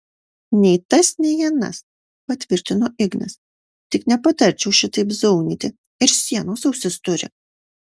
nei tas nei anas patvirtino ignas tik nepatarčiau šitaip zaunyti ir sienos ausis turi